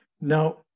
Now